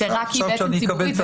שרק היא בעצם ציבורית,